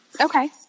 Okay